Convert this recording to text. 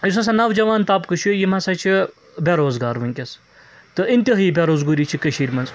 یُس ہَسا نوجَوان طبقہٕ چھُ یم ہَسا چھِ بےٚ روزگار وُنٛکیٚس تہٕ انتہٲیی بےٚ روزگٲری چھِ کٔشیٖر مَنٛز